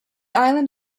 island